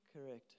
Correct